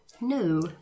No